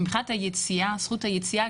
שמבחינת זכות היציאה,